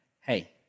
hey